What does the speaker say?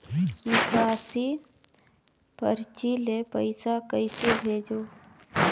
निकासी परची ले पईसा कइसे भेजों?